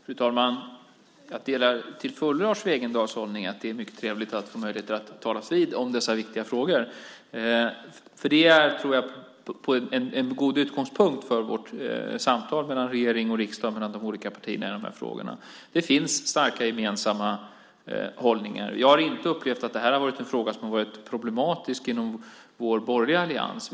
Fru talman! Jag delar till fullo Lars Wegendals hållning att det är mycket trevligt att få möjlighet att talas vid om dessa viktiga frågor. Det är en god utgångspunkt för vårt samtal mellan regering och riksdag och mellan de olika partierna i de här frågorna. Det finns starka och gemensamma hållningar. Jag har inte upplevt att detta har varit en fråga som har varit problematisk inom vår borgerliga allians.